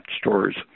stores